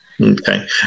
Okay